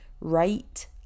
right